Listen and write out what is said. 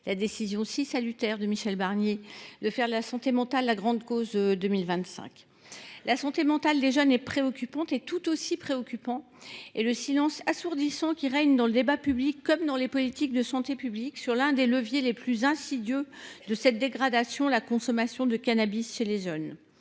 la décision si salutaire de Michel Barnier de faire de la santé mentale la grande cause nationale de 2025. La santé mentale des jeunes est préoccupante, tout comme le silence assourdissant qui règne tant dans le débat public que dans les politiques de santé publique sur l’un des leviers les plus insidieux de cette dégradation : la consommation de cannabis. Les